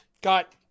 got